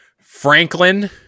Franklin